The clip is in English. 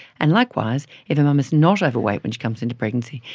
and likewise, if a mum is not overweight when she comes into pregnancy,